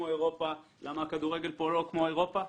באירופה ולמה הכדורגל פה הוא לא כמו באירופה,